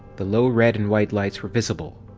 the low red and white lights were visible.